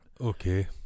Okay